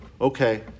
okay